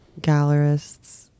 Gallerists